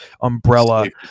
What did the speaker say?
umbrella